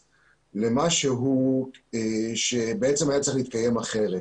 למשהו שבעצם היה צריך להתקיים אחרת,